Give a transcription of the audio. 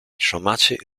traumatic